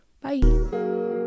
Bye